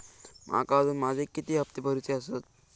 माका अजून माझे किती हप्ते भरूचे आसत?